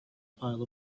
pile